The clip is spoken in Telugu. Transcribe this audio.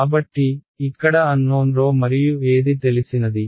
కాబట్టి ఇక్కడ అన్నోన్ ⍴ మరియు ఏది తెలిసినది